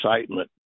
excitement